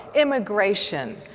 immigration,